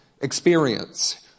experience